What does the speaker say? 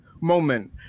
moment